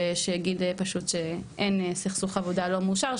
ושיגיד שפשוט אין סכסוך עבודה לא מאושר,